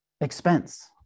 expense